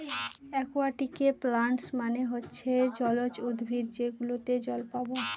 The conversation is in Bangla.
একুয়াটিকে প্লান্টস মানে হচ্ছে জলজ উদ্ভিদ যেগুলোতে জল পাবো